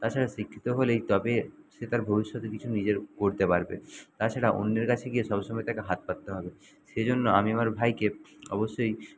তাছাড়া শিক্ষিত হলেই তবে সে তার ভবিষ্যতে কিছু নিজের করতে পারবে তাছাড়া অন্যের কাছে গিয়ে সব সময় তাকে হাত পাততে হবে সেই জন্য আমি আমার ভাইকে অবশ্যই